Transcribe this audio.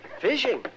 Fishing